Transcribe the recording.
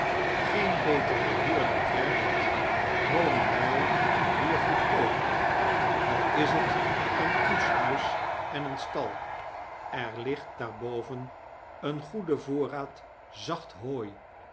geen beteren huurder krijgt wonen wij hier goedkoop al is het een koetshuis en een stal er ligt daar boven een goede voorraad zacht hooi